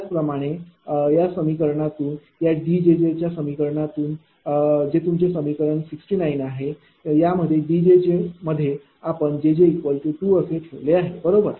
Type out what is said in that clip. त्याचप्रमाणे त्याचप्रमाणे या समीकरणातून या D च्या समीकरणातून जे तुमचे समीकरण 69 आहे या समीकरण 69 मध्ये या D मध्ये आपण jj 2 असे ठेवले आहे बरोबर